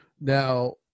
Now